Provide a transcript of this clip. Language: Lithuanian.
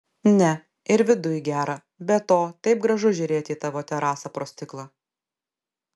ne ir viduj gera be to taip gražu žiūrėti į tavo terasą pro stiklą